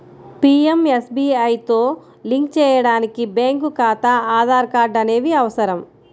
పీయంఎస్బీఐతో లింక్ చేయడానికి బ్యేంకు ఖాతా, ఆధార్ కార్డ్ అనేవి అవసరం